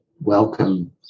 welcome